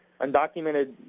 Undocumented